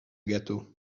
gâteau